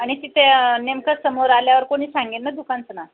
आणि तिथे नेमकं समोर आल्यावर कोणी सांगेल ना दुकानचं नाव